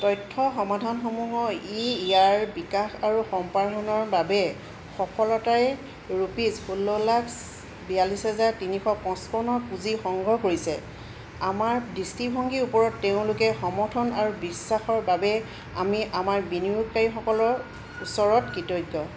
তথ্য সমাধানসমূহ ই ইয়াৰ বিকাশ আৰু সম্প্ৰসাৰণৰ বাবে সফলতাৰে ৰুপিজ ষোল্ল লাখ বিয়াল্লিছ হাজাৰ তিনিশ পছপন্ন পুঁজি সংগ্ৰহ কৰিছে আমাৰ দৃষ্টিভংগীৰ ওপৰত তেওঁলোকে সমৰ্থন আৰু বিশ্বাসৰ বাবে আমি আমাৰ বিনিয়োগকাৰীসকলৰ ওচৰত কৃতজ্ঞ